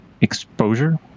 exposure